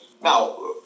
Now